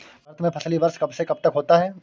भारत में फसली वर्ष कब से कब तक होता है?